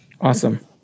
Awesome